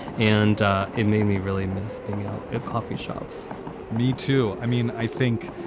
and it made me really miss being out at coffee shops me too. i mean, i think,